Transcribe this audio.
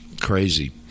crazy